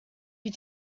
you